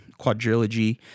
quadrilogy